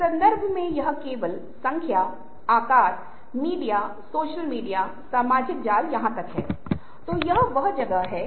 इसी तरह आपको आध्यात्मिक वातावरण की आवश्यकता है